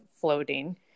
floating